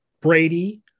Brady